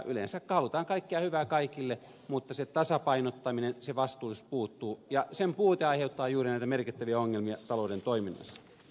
yleensä halutaan kaikkea hyvää kaikille mutta se tasapainottaminen se vastuullisuus puuttuu ja sen puute aiheuttaa juuri näitä merkittäviä ongelmia talouden toiminnassa